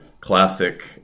classic